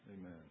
Amen